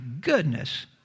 goodness